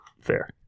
Fair